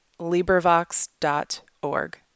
LibriVox.org